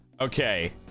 okay